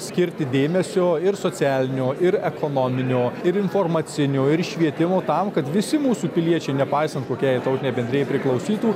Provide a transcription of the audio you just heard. skirti dėmesio ir socialinio ir ekonominio ir informacinio ir švietimo tam kad visi mūsų piliečiai nepaisant kokiai tautinei bendrijai priklausytų